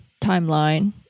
timeline